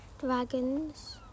Dragons